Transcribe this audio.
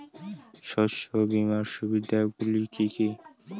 শস্য বিমার সুবিধাগুলি কি কি?